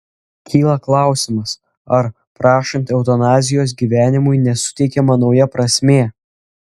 kyla klausimas ar prašant eutanazijos gyvenimui nesuteikiama nauja prasmė